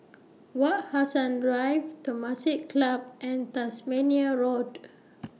Wak Hassan Drive Temasek Club and Tasmania Road